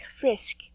frisk